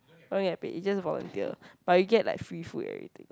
don't get paid it just volunteer but you get like free food everything